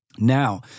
Now